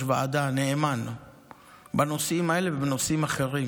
ועדה נאמן בנושאים האלה ובנושאים אחרים,